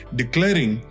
declaring